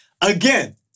Again